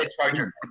charger